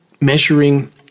measuring